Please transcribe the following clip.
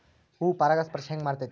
ಹೂ ಪರಾಗಸ್ಪರ್ಶ ಹೆಂಗ್ ಮಾಡ್ತೆತಿ?